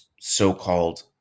so-called